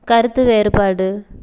கருத்து வேறுபாடு